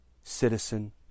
citizen